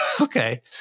Okay